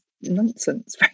nonsense